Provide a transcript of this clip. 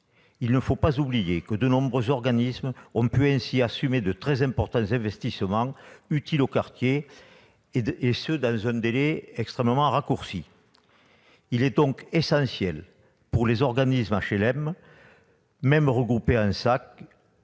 il ne faut pas oublier que de nombreux organismes ont pu ainsi assumer de très importants investissements, utiles aux quartiers, et ce dans un délai extrêmement raccourci. Il est donc essentiel, pour les organismes d'HLM, même regroupés en SAC,